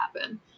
happen